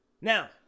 Now